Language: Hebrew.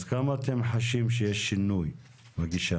אז כמה אתם חשים שיש שינוי בגישה?